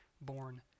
born